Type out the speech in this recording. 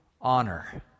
honor